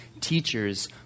teachers